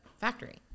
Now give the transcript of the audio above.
factory